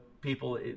people